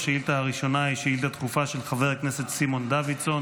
השאילתה הראשונה היא שאילתה דחופה של חבר הכנסת סימון דוידסון